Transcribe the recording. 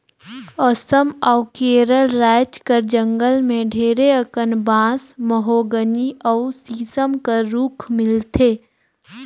असम अउ केरल राएज कर जंगल में ढेरे अकन बांस, महोगनी अउ सीसम कर रूख मिलथे